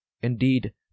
Indeed